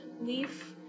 leaf